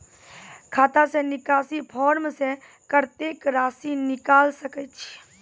खाता से निकासी फॉर्म से कत्तेक रासि निकाल सकै छिये?